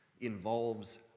involves